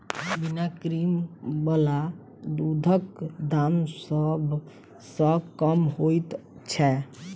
बिना क्रीम बला दूधक दाम सभ सॅ कम होइत छै